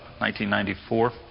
1994